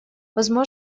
важно